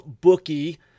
Bookie